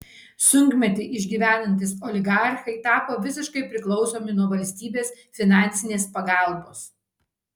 sunkmetį išgyvenantys oligarchai tapo visiškai priklausomi nuo valstybės finansinės pagalbos